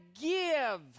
give